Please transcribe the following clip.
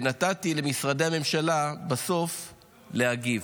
נתתי למשרדי הממשלה בסוף להגיב,